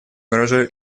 выражаю